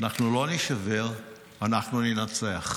אנחנו לא נישבר, אנחנו ננצח.